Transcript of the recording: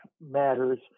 matters